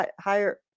higher